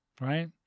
Right